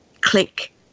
click